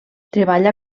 treballa